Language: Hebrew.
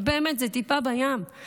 ובאמת זה טיפה בים,